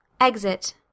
Exit